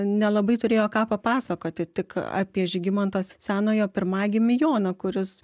nelabai turėjo ką papasakoti tik apie žygimanto senojo pirmagimį joną kuris